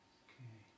okay